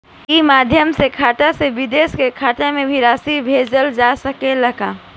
ई माध्यम से खाता से विदेश के खाता में भी राशि भेजल जा सकेला का?